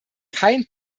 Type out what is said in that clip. kein